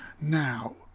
now